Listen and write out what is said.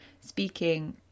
speaking